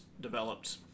developed